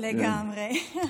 לגמרי.